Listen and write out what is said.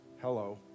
hello